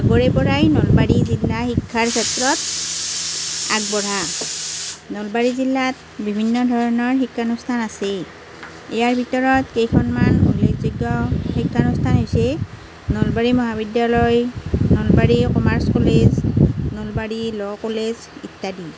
আগৰে পৰাই নলবাৰী জিলা শিক্ষাৰ ক্ষেত্ৰত আগবঢ়া নলবাৰী জিলাত বিভিন্ন ধৰণৰ শিক্ষানুষ্ঠান আছে ইয়াৰ ভিতৰত কেইখনমান উল্লেখযোগ্য শিক্ষানুষ্ঠান হৈছে নলবাৰী মহাবিদ্যালয় Nalbari commerce college Nalbari law college ইত্যাদি